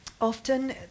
often